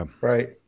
Right